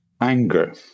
anger